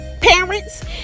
Parents